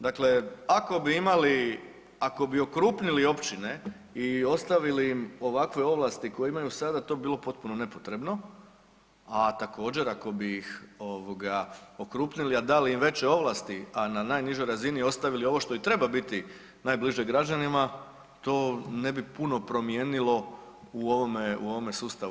Dakle, ako bi imali, ako bi okrunili općine i ostavili im ovakve ovlasti koje imaju sada to bi bilo potpuno nepotrebno, a također ako bi ih ovoga okrupnili, a dali im veće ovlasti, a na najnižoj razini ostavili ovo što i treba biti najbliže građanima to ne bi puno promijenilo u ovome, u ovome sustavu.